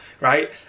right